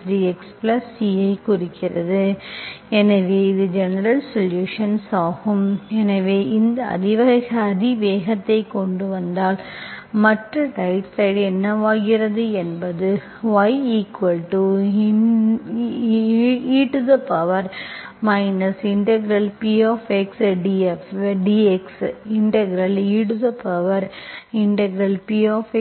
qxdxCஐ குறிக்கிறது எனவே இது ஜெனரல்சொலுஷன்ஸ் ஆகும் எனவே இந்த அதிவேகத்தை கொண்டு வந்தால் மற்ற ரைட் சைடு என்னவாகிறது என்பது y e PxdxePdx qxdxC e Pxdx